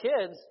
kids